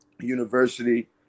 University